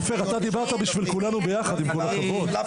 עבורנו באונ'